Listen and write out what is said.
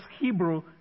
Hebrew